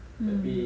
mm